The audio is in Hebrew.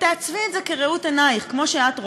ותעצבי את זה כראות עינייך, כמו שאת רואה.